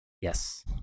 Yes